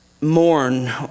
mourn